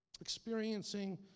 Experiencing